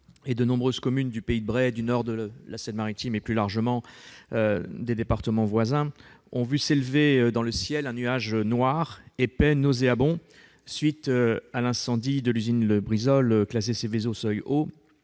-et de nombreuses communes du Pays de Bray, du nord de la Seine-Maritime et, plus largement, des départements voisins ont vu s'élever dans le ciel un nuage noir, épais, nauséabond à la suite de l'incendie de l'usine Lubrizol, classée Seveso seuil haut